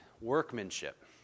Workmanship